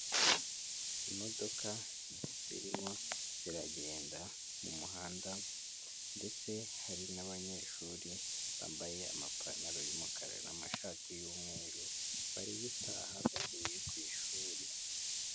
Imodoka zirimo ziragenda mu muhanda ndetse hari n'abanyeshuri bambaye amapantaro y'umukara n'amashati y'umweru bari gutaha bavuye ku ishuri.